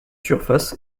surface